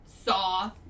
saw